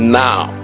now